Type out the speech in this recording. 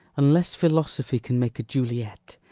unless philosophy can make a juliet,